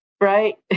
right